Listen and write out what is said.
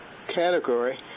category